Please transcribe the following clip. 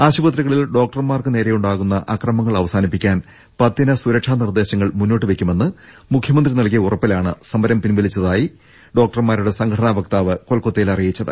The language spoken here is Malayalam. ആശുപത്രികളിൽ ഡോക്ടർമാർക്കു നേരെയുണ്ടാകുന്ന അക്രമങ്ങൾ അവസാനിപ്പിക്കാൻ പത്തിന സുരക്ഷാ നിർദേശങ്ങൾ മുന്നോട്ടുവെക്കുമെന്ന് മുഖ്യമന്ത്രി നൽകിയ ഉറപ്പിലാണ് സമരം പിൻവലിച്ച തെന്ന് ഡോക്ടർമാരുടെ സംഘടനാ വക്താവ് കൊൽക്കത്തയിൽ അറിയിച്ചു